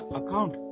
account